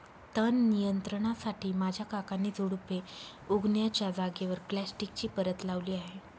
तण नियंत्रणासाठी माझ्या काकांनी झुडुपे उगण्याच्या जागेवर प्लास्टिकची परत लावली आहे